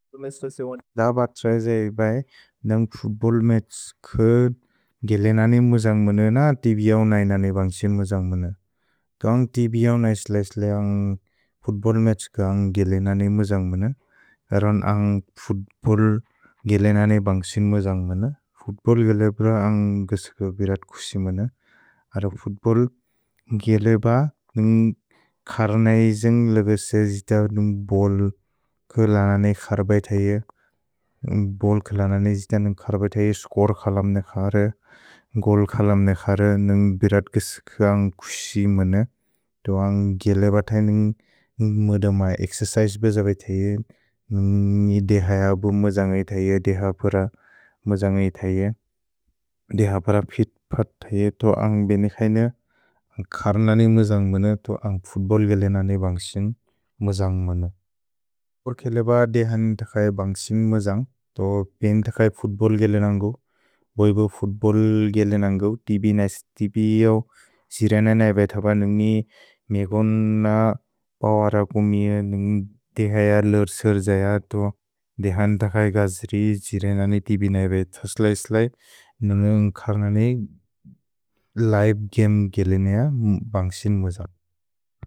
दबक् त्सुऐजे एबए, न्दन्ग् फुत्बोल्मेछ् कुअ गिलेननेइ मुजन्ग् मन, न तिबिऔनै ननिबन्ग्सिन् मुजन्ग् मन। तुअन्ग् तिबिऔनै स्लेस्ले अन्ग् फुत्बोल्मेछ् कुअ अन्ग् गिलेननेइ मुजन्ग् मन। एरोन् अन्ग् फुत्बोल् गिलेननेइ बन्ग्सिन् मुजन्ग् मन। फुत्बोल् गिलेब अन्ग् गुस्को बिरत् कुक्सि मन। अर फुत्बोल् गिलेब न्ग् कर्नेइजेन्ग् लेवेसे जित नुन् बोल् किलेननेइ खर्ब इतैये। भोल् किलेननेइ जित नुन् खर्ब इतैये, स्कोर् खलम्ने खर्, गोल् खलम्ने खर्, नुन् बिरत् कुक्सि मन। तुअन्ग् गिलेब इतैये नुन् मुदम एक्सेसैस् बेजबे इतैये, नुन् इदिहय बु मुजन्ग् इतैये, दिहपुर मुजन्ग् इतैये। दिहपुर फित्पत् इतैये, तुअन्ग् बेनेकैन, अन्ग् कर्ननेइ मुजन्ग् मन, तुअन्ग् फुत्बोल् गिलेननेइ बन्ग्सिन् मुजन्ग् मन। भोल् किलेब दिहनित कय बन्ग्सिन् मुजन्ग्, तु पेनित कय फुत्बोल् गिलेनन्गो, बोइबो फुत्बोल् गिलेनन्गो, तिबिऔनै स्लेस्ले तिबिऔनै नैबैतब, नुन् नि मेकोन पवर कुमि, नुन् इदिहय लेर् सेर्जय तु दिहनित कय गज्रि, जिरेननि तिबिऔनै नैबैतब, स्लेस्ले इस्लै नुन् कर्ननि लिवे गमे गिलेनय बन्ग्सिन् मुजन्ग्।